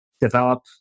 develop